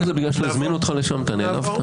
כל זה בגלל שלא הזמינו אותך לשם, אתה נעלבת.